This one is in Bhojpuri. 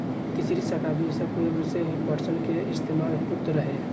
तीसरी सताब्दी ईसा पूर्व से ही पटसन के इस्तेमाल होत रहे